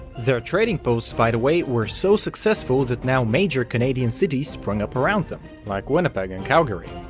their trading posts, by the way, were so successful that now-major canadian cities sprung up around them, like winnipeg and calgary.